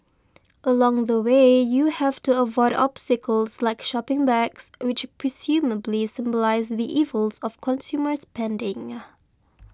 along the way you have to avoid obstacles like shopping bags which presumably symbolise the evils of consumer spending